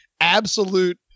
absolute